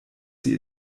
sie